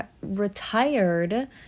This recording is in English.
retired